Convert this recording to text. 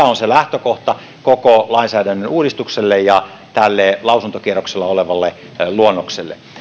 on se lähtökohta koko lainsäädännön uudistukselle ja tälle lausuntokierroksella olevalle luonnokselle